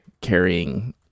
carrying